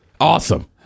Awesome